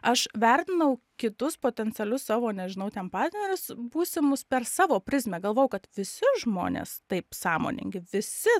aš vertinau kitus potencialius savo nežinau ten partnerius būsimus per savo prizmę galvojau kad visi žmonės taip sąmoningi visi